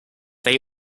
they